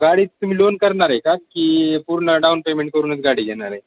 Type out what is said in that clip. गाडी तुम्ही लोन करणार आहे का की पूर्ण डाऊन पेमेंट करूनच गाडी घेणार आहे